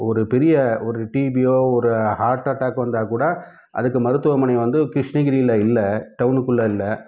ஒரு பெரிய ஒரு டிபியோ ஒரு ஹார்ட் அட்டாக் வந்தால் கூட அதுக்கு மருத்துவமனை வந்து கிருஷ்ணகிரியில் இல்லை டவுனுக்குள்ளே இல்லை